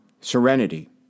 Serenity